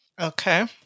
Okay